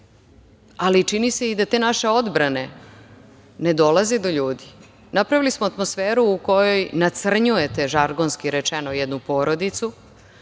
ali čini se i da te naše odbrane ne dolaze do ljudi. Napravili smo atmosferu u kojoj nacrnjujete, žargonski rečeno, jednu porodicu,